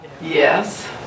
Yes